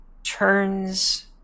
Turns